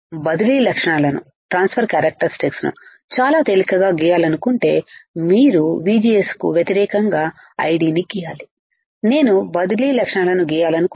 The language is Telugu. బదిలీ లక్షణాలను చాలా తేలికగా గీయాలనుకుంటే మీరుVGS కువ్యతిరేకంగా IDను గీయాలి నేను బదిలీ లక్షణాలను గీయాలనుకుంటే